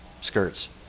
skirts